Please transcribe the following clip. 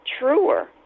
truer